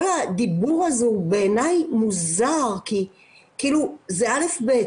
כל הדיבור הזה בעיני הוא מוזר, כי זה א'-ב'.